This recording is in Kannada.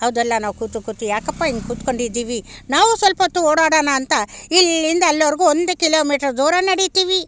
ಹೌದಲ್ಲ ನಾವು ಕೂತು ಕೂತು ಯಾಕಪ್ಪ ಹಿಂಗೆ ಕೂತ್ಕೊಂಡಿದ್ದೀವಿ ನಾವು ಸ್ವಲ್ಪೊತ್ತು ಓಡಾಡೋಣ ಅಂತ ಇಲ್ಲಿಂದ ಅಲ್ಲಿವರೆಗು ಒಂದು ಕಿಲೋ ಮೀಟ್ರ್ ದೂರ ನಡಿತೀವಿ